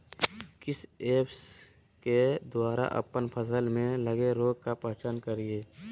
किस ऐप्स के द्वारा अप्पन फसल में लगे रोग का पहचान करिय?